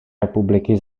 republiky